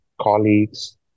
colleagues